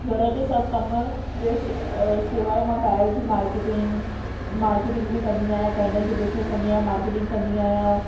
घर जो सभु कम जे सि सवाइ मां ॿाहिरि जो मार्केटिंग मार्केटिंग बि कंदी आहियां केन्डल जो बिज़नेस कंदी आहियां मार्केटिंग कंदी अहियां ऐं